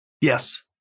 Yes